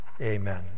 Amen